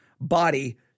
body